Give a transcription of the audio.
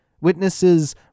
Witnesses